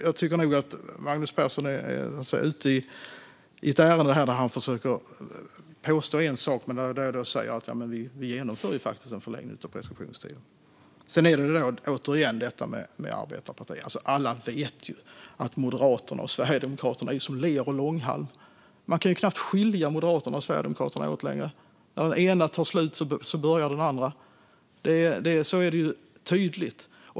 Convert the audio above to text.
Jag tycker nog att Magnus Persson är ute i ett ärende där han försöker påstå en sak, men där jag säger att vi faktiskt genomför en förlängning av preskriptionstiden. Återigen har vi då detta med arbetarparti. Alla vet ju att Moderaterna och Sverigedemokraterna är som ler och långhalm. Man kan knappt skilja Moderaterna och Sverigedemokraterna åt längre; när den ena tar slut börjar den andra. Det är så tydligt.